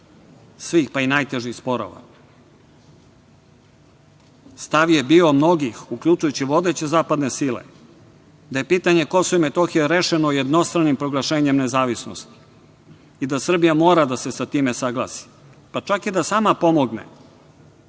svih, pa i najtežih sporova. Stav je bio mnogih, uključujući vodeće zapadne sile da je pitanje Kosova i Metohije rešeno jednostranim proglašenjem nezavisnosti i da Srbija mora da se sa time saglasi, pa čak i da sama pomogne